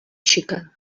xica